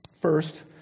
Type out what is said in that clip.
First